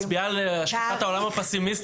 מספר המועמדים שפנו לוועדת הקבלה ומספר המועמדים